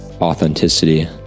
authenticity